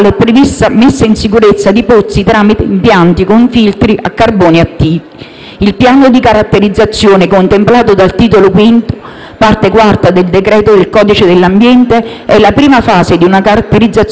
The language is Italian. V, parte IV, del decreto legislativo del codice dell'ambiente è la prima fase di una caratterizzazione ambientale che si identifica nell'insieme delle attività che permettono di ricostruire fenomeni di contaminazione a carico delle matrici ambientali,